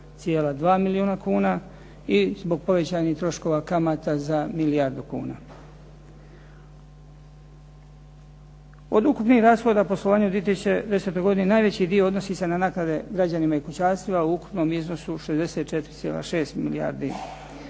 milijuna kuna i zbog povećanih troškova kamata za milijardu kuna. Od ukupnih rashoda poslovanje u 2010. godini najveći dio odnosi se na naknade građanima i kućanstvima u ukupnom iznosu 64,6 milijardi